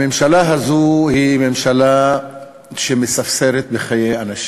הממשלה הזאת היא ממשלה שמספסרת בחיי אנשים.